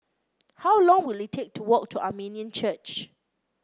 how long will it take to walk to Armenian Church